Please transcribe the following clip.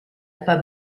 pas